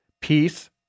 peace